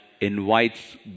invites